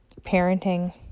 parenting